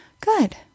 good